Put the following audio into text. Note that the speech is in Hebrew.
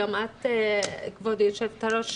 שניהלת אותו גבירתי היו"ר,